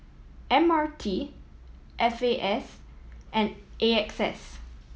M R T F A S and A X S